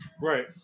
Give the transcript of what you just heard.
Right